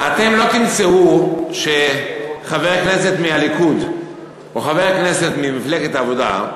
אתם לא תמצאו שחבר כנסת מהליכוד או חבר הכנסת ממפלגת העבודה,